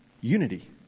Unity